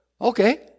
Okay